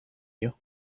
you